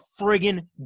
friggin